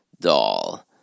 doll